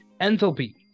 Enthalpy